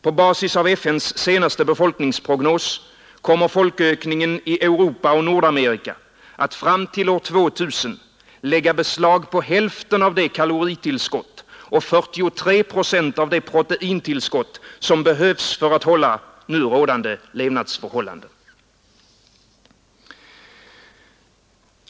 På basis av FN:s senaste befolkningsprognos kan man räkna med att folkökningen i Europa och Nordamerika kommer att fram till år 2000 lägga beslag på hälften av det kaloritillskott och 43 procent av det proteintillskott som behövs för att behålla nu rådande levnadsförhållanden.